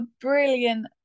brilliant